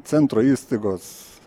centro įstaigos